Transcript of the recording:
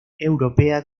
europea